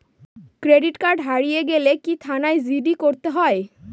Credit card হারিয়ে গেলে কি থানায় জি.ডি করতে হয়?